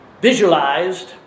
visualized